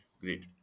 Great